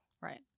right